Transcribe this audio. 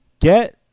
Get